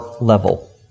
level